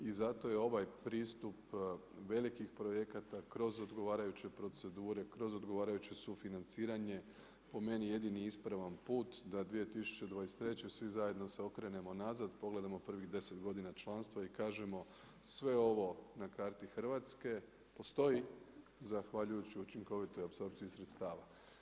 I zato je ovaj pristup velikih projekata kroz odgovarajuće procedure, kroz odgovarajuće sufinanciraje po meni jedini ispravan put da 2023. svi zajedno se okrenemo nazad, pogledamo prvih 10 godina članstva i kažemo sve ovo na karti Hrvatske postoji zahvaljujući učinkovitoj apsorpciji sredstava.